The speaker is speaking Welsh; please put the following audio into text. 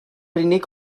unig